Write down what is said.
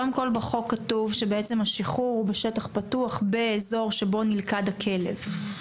קודם כל בחוק כתוב שבעצם השחרור הוא בשטח פתוח באזור שבו נלכד הכלב,